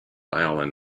allen